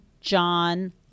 John